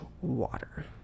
water